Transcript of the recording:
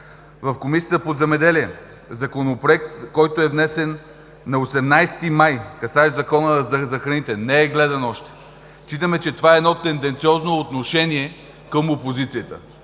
В Комисията по земеделие – законопроект, който е внесен на 18 май 2017 г., касаещ Закона за храните – не е гледан още. Считаме, че това е едно тенденциозно отношение към опозицията.